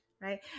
right